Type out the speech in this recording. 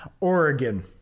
Oregon